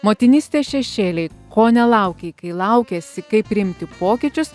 motinystės šešėliai ko nelaukei kai laukeisi kaip priimti pokyčius